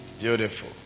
Beautiful